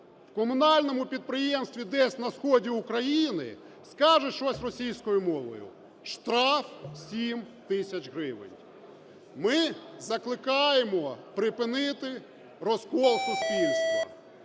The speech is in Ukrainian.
в комунальному підприємстві десь на сході України скаже щось російською мовою – штраф 7 тисяч гривень. Ми закликаємо припинити розкол суспільства.